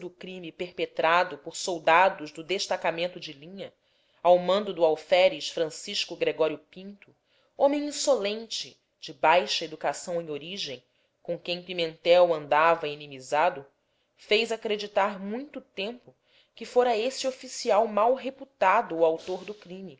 crime perpetrado por soldados do destacamento de linha ao mando do alferes francisco gregório pinto homem insolente de baixa educação e origem com quem pimentel andava inimizado fez acreditar muito tempo que fora esse oficial mal reputado o autor do crime